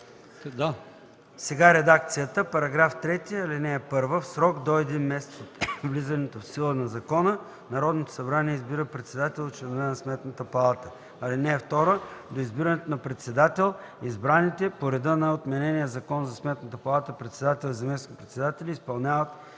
Сега редакцията на § 3: „§ 3. (1) В срок до един месец от влизането в сила на закона Народното събрание избира председател и членове на Сметната палата. (2) До избирането на председател избраните по реда на отменения Закон за Сметната палата председател и заместник-председатели изпълняват